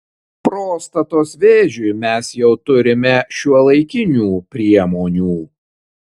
prostatos vėžiui mes jau turime šiuolaikinių priemonių